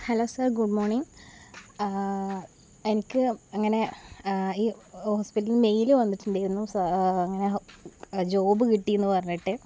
hello sir good morning എനിക്ക് അങ്ങനെ ഈ ഹോസ്പിറ്റലില് നിന്നും മെയില് വന്നിട്ടുണ്ടായിരുന്നു അങ്ങനെ ജോബ് കിട്ടി എന്ന് പറഞ്ഞിട്ട്